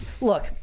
Look